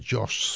Josh